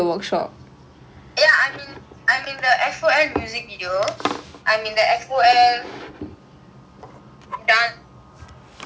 ya I am in I am in the son music video I am in the solo dance also which is like two different dances